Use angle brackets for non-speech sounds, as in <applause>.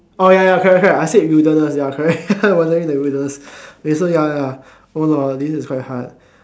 orh ya ya correct correct I said wilderness ya correct <laughs> wandering in the wilderness okay so ya ya ya hold on this is quite hard